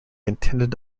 intended